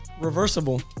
Reversible